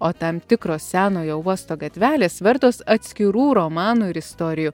o tam tikros senojo uosto gatvelės vertos atskirų romanų ir istorijų